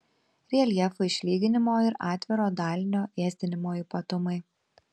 reljefo išlyginimo ir atviro dalinio ėsdinimo ypatumai